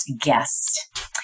guest